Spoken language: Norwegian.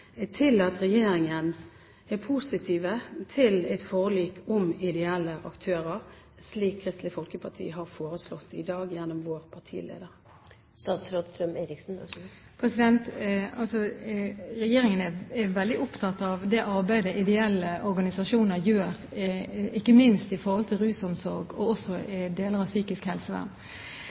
regjeringen er positiv til et forlik om ideelle aktører, slik Kristelig Folkeparti har foreslått i dag gjennom vår partileder. Regjeringen er veldig opptatt av det arbeidet ideelle organisasjoner gjør, ikke minst knyttet til rusomsorg og også deler av psykisk helsevern.